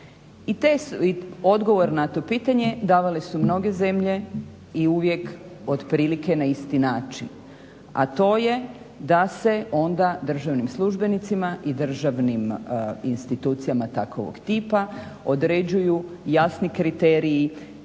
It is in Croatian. Odgovor na to pitanje davale su mnoge zemlje i uvijek otprilike na isti način, a to je da se onda državnim službenicima i državnim institucijama takvog tipa određuju jasni kriteriji